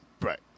right